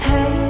Hey